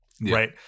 right